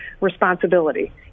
responsibility